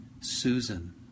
Susan